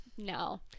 No